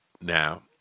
now